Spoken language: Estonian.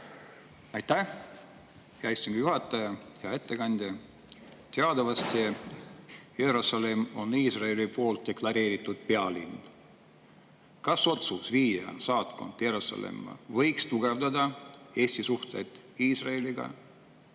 Aitäh, hea istungi juhataja! Hea ettekandja! Teatavasti on Jeruusalemm Iisraeli poolt deklareeritud pealinn. Kas otsus viia saatkond Jeruusalemma võiks tugevdada Eesti suhteid Iisraeliga